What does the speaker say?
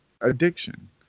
addiction